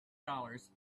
dollars